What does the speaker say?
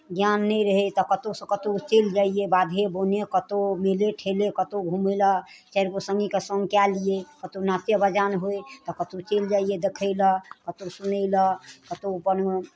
ज्ञान नहि रहै तऽ कतहुसँ कतहु चलि जइयै बाधे बोने कतहु मेले ठेले कतहु घुमै लेल चारि गो सङ्गीकेँ सङ्ग कए लियै कतहु नाचे बजान होय तऽ कतहु चलि जइयै देखै लेल कतहु सुनै लेल कतहु अपन